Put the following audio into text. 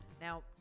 Now